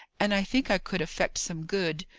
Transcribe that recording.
and i think i could effect some good.